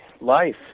life